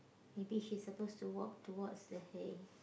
maybe she's supposed to walk towards the hay